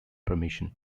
permission